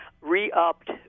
re-upped